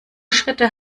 schritte